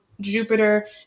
Jupiter